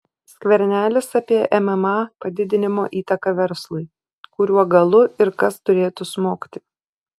skvernelis apie mma padidinimo įtaką verslui kuriuo galu ir kas turėtų smogti